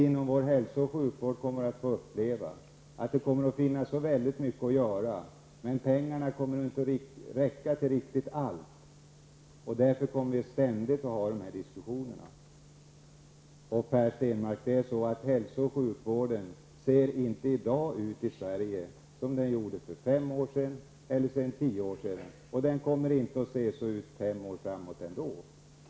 Inom vår hälso och sjukvård kommer vi alltid att få uppleva att pengarna inte räcker till för allt som bör göras. Därför kommer vi ständigt att föra diskussioner om vad som skall prioriteras. Per Stenmarck! Hälso och sjukvården i Sverige ser inte ut på samma sätt som den såg ut för fem eller tio år sedan. Inte heller kommer hälso och sjukvården om fem år att se ut på samma sätt som i dag.